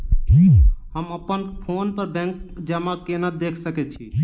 हम अप्पन फोन पर बैंक जमा केना देख सकै छी?